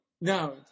No